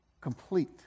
complete